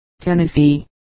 Tennessee